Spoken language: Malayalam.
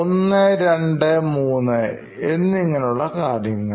ഒന്ന് രണ്ട് മൂന്ന് എന്നിങ്ങനെ ഉള്ള കാര്യങ്ങൾ